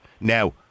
Now